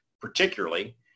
particularly